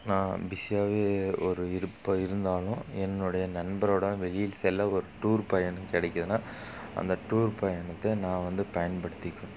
நான் பிஸியாகவே ஒரு இருப்ப இருந்தாலும் என்னுடைய நண்பரோடு வெளியில் செல்ல ஒரு டூர் பயணம் கிடைக்குதுனால் அந்த டூர் பயணத்தை நான் வந்து பயன்படுத்திப்பேன்